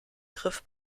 griff